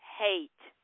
hate